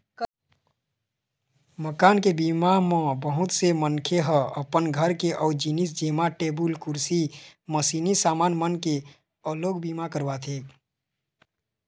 मकान के बीमा म बहुत से मनखे ह अपन घर के अउ जिनिस जेमा टेबुल, कुरसी, मसीनी समान मन के घलोक बीमा करवाथे